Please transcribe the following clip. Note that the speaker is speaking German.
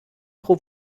pro